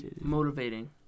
Motivating